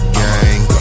gang